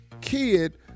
kid